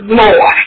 more